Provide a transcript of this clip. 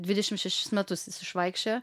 dvidešim šešis metus jis išvaikščiojo